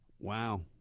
wow